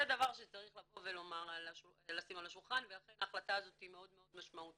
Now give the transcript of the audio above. זה דבר שצריך לשים על השולחן ואכן ההחלטה הזאת היא מאוד משמעותית.